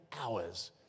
hours